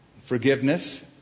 forgiveness